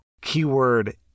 Keyword